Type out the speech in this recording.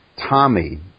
Tommy